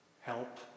Help